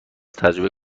تجربه